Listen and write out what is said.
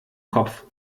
kopf